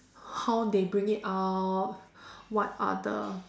how they bring it out what are the